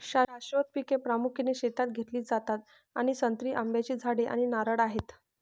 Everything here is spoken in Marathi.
शाश्वत पिके प्रामुख्याने शेतात घेतली जातात आणि संत्री, आंब्याची झाडे आणि नारळ आहेत